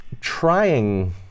trying